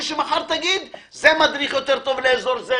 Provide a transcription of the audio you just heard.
שמחר תגיד: זה מדריך יותר טוב לאזור זה,